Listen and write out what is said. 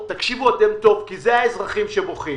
ותקשיבו טוב כי אלה האזרחים שבוכים: